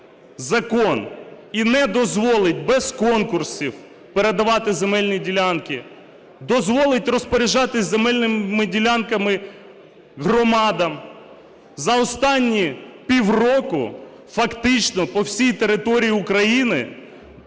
закон і не дозволить без конкурсів передавати земельні ділянки, дозволить розпоряджатися земельними ділянками громадам, за останні півроку фактично по всій території України